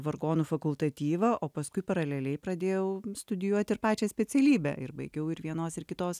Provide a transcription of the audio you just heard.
vargonų fakultatyvą o paskui paraleliai pradėjau studijuoti ir pačią specialybę ir baigiau ir vienos ir kitos